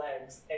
legs